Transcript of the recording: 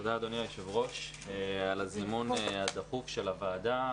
תודה אדוני היושב ראש על הזימון הדחוף של הוועדה.